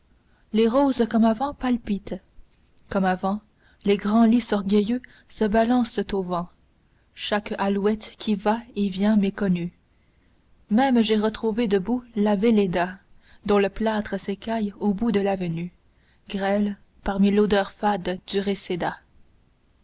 les roses comme avant palpitent comme avant les grands lys orgueilleux se balancent au vent chaque alouette qui va et vient m'est connue même j'ai retrouvé debout la velléda dont le plâtre s'écaille au bout de l'avenue grêle parmi l'odeur fade du